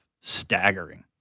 staggering